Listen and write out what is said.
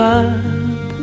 up